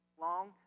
long